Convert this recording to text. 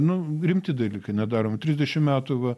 nu rimti dalykai nedaromi trisdešim metų va